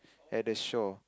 at the shore